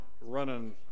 running